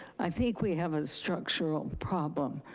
i think we have a structural problem.